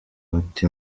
bati